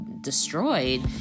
destroyed